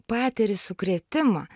patiri sukrėtimą